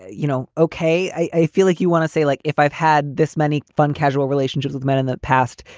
you know, okay. i feel like you want to say, like, if i've had this many fun, casual relationships with men in the past,